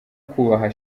kubaha